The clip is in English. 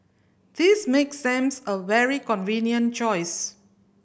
this makes them a very convenient choice